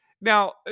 Now